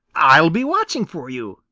i'll be watching for you,